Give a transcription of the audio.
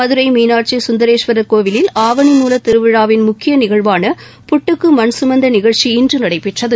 மதுரை மீனாட்சி சுந்தரேஸ்வரர் கோவிலில் ஆவணி மூலத் திருவிழாவின் முக்கிய நிகழ்வான புட்டுக்கு மண் சுமந்த நிகழ்ச்சி இன்று நடைபெற்றது